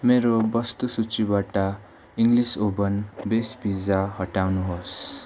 मेरो वस्तुसूचीबाट English oven base pizza हटाउनुहोस्